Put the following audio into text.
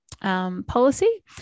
policy